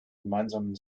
gemeinsamen